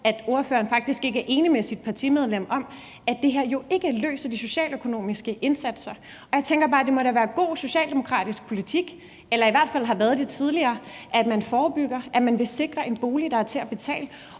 at ordføreren faktisk ikke er enig med sit partimedlem i, at det her jo ikke løser de socialøkonomiske problemer. Og jeg tænker bare, at det da må være god socialdemokratisk politik – eller det har i hvert fald været det tidligere – at man forebygger; at man vil sikre en bolig, der er til at betale,